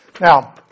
Now